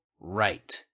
right